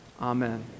Amen